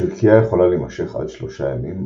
שרקייה יכולה להימשך עד שלושה ימים,